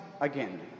again